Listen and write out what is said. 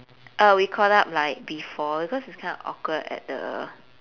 uh we caught up like before cause it's kind of awkward at the